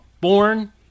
Born